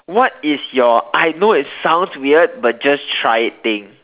what is your I know it sounds weird but just try it thing